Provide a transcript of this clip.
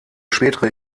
spätere